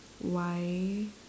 why